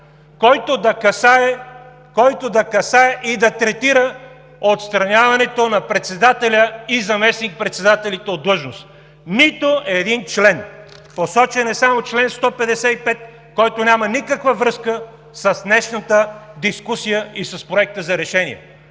който да касае и да третира отстраняването на председателя и заместник-председателите от длъжност. Нито един член! Посочен е само чл. 155, който няма никаква връзка с днешната дискусия и с Проекта за решение.